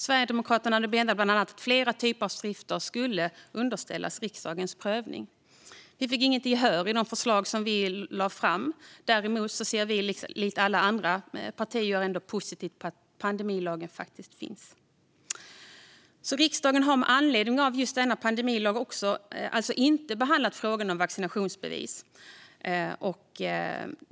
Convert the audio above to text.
Sverigedemokraterna menade bland annat att fler typer av skrifter skulle underställas riksdagens prövning. Vi fick inget gehör för de förslag som vi lade fram. Vi ser dock, likt alla andra partier, ändå positivt på att pandemilagen finns. Riksdagen har med anledning av pandemilagen alltså inte behandlat frågan om vaccinationsbevis.